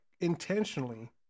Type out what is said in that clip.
intentionally